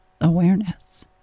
awareness